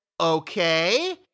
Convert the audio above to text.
Okay